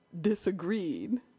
disagreed